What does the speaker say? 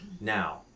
Now